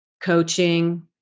coaching